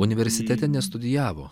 universitete nestudijavo